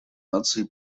наций